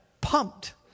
pumped